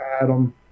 Adam